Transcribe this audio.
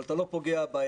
אבל אתה לא פוגע באחד.